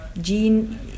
gene